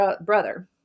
brother